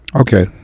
Okay